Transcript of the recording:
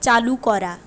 চালু করা